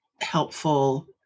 helpful